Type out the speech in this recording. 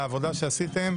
על העבודה שעשיתם,